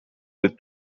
with